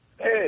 Hey